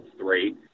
three